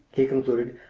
he concluded,